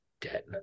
dead